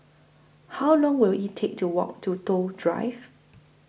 How Long Will IT Take to Walk to Toh Drive